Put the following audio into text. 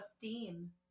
theme